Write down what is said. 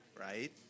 right